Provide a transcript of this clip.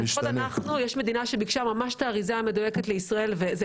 לפחות אצלנו יש מדינה שביקשה ממש את האריזה המדויקת לישראל אחד